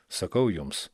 sakau jums